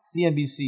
CNBC